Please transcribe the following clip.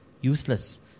useless